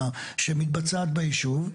שמתבצעת ביישוב.